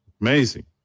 Amazing